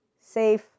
safe